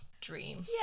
dream